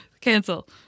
Cancel